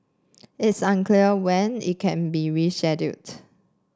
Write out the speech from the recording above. it's unclear when it can be rescheduled